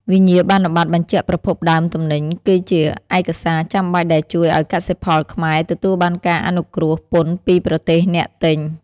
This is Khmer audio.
វិញ្ញាបនបត្របញ្ជាក់ប្រភពដើមទំនិញ គឺជាឯកសារចាំបាច់ដែលជួយឱ្យកសិផលខ្មែរទទួលបានការអនុគ្រោះពន្ធពីប្រទេសអ្នកទិញ។